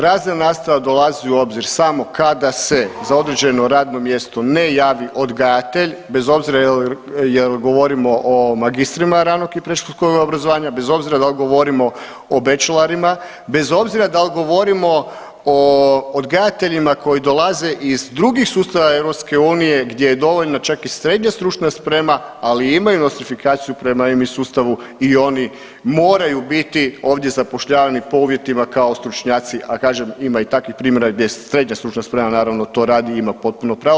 Razredna nastava dolazi u obzir samo kada se za određeno radno mjesto ne javi odgajatelj, bez obzira je li govorimo o magistrima ranoga i predškolskog obrazovanja, bez obzira da li govorimo o, ... bez obzira da li govorimo o odgajateljima koji dolazi iz drugih sustava EU gdje je dovoljno čak i srednja stručna sprema, ali imaju nostrifikaciju prema MI sustavu i oni moraju biti ovdje zapošljavani po uvjetima kao stručnjaci, a kažem, ima i takvih primjera gdje srednja stručna sprema naravno, to radi i ima potpuno pravo.